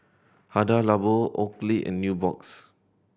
Hada Labo Oakley and Nubox